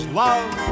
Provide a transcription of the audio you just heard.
love